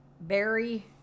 barry